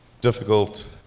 difficult